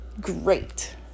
great